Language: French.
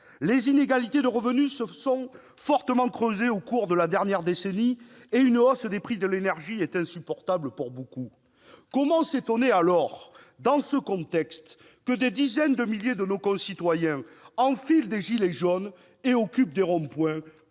Les inégalités de revenus se sont fortement creusées au cours de la dernière décennie et une hausse des prix de l'énergie est devenue insupportable pour beaucoup. Comment s'étonner, dans ce contexte, que des dizaines de milliers de nos concitoyens enfilent des gilets jaunes et occupent des ronds-points